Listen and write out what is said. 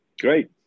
Great